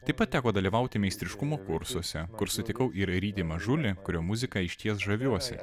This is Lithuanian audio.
taip pat teko dalyvauti meistriškumo kursuose kur sutikau ir rytį mažulį kurio muzika išties žaviuosi